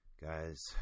guys